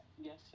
Yes